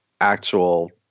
actual